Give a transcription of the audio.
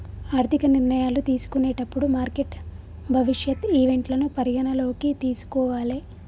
ఆర్థిక నిర్ణయాలు తీసుకునేటప్పుడు మార్కెట్ భవిష్యత్ ఈవెంట్లను పరిగణనలోకి తీసుకోవాలే